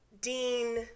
Dean